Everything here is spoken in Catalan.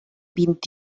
vint